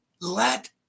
let